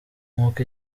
nk’uko